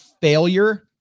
failure